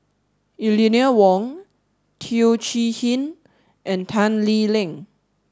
Eleanor Wong Teo Chee Hean and Tan Lee Leng